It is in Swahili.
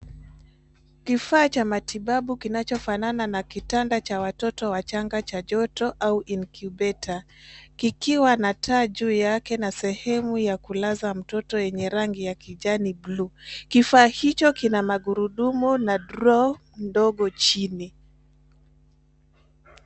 Kifaa cha matibabu kinachofanana na kitanda cha watoto wachanga cha joto au incubator kikiwa na taa juu yake na sehemu ya kulaza mtoto yenye rangi ya kijani buluu. Kifaa hicho kina magurudumu na draw ndogo chini.